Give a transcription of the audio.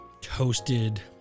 Toasted